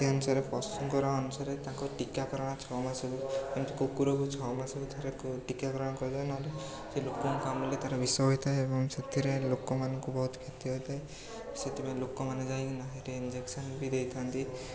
ସେହି ଅନୁସାରେ ପଶୁଙ୍କର ଅଂଶରେ ତାଙ୍କର ଟୀକାକରଣ ଛଅ ମାସକୁ ଏମିତି କୁକୁରକୁ ଛଅ ମାସକୁ ଥରେ ଟୀକାକରଣ କରିଥାଉ ନହେଲେ ସେ ଲୋକଙ୍କୁ କାମୁଡ଼ିଲେ ତା'ର ବିଷ ହୋଇଥାଏ ଏବଂ ସେଥିରେ ଲୋକମାନଙ୍କୁ ବହୁତ କ୍ଷତି ହୋଇଥାଏ ସେଥିପାଇଁ ଲୋକମାନେ ଯାଇକିନା ସେଠି ଇଞ୍ଜେକ୍ସନ ବି ଦେଇଥାନ୍ତି